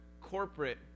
corporate